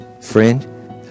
friend